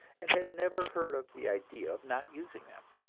and had never heard of the idea of not using them.